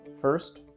First